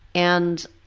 and